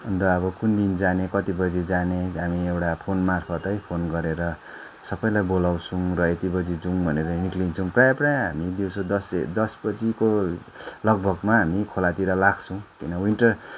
अन्त अब कुन दिन जाने कति बजी जाने हामी एउटा फोन मार्फत है फोन गरेर सबैलाई बोलाउँछौँ र यति बजी जौँ भनेर निस्कन्छौँ प्रायः प्रायः हामी दिउँसो दस बजीको लगभगमा हामी खोलातिर लाग्छौँ किनभने विन्टर